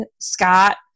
scott